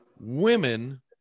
Women